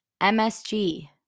MSG